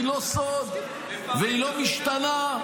היא לא סוד והיא לא משתנה,